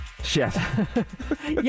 Chef